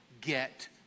get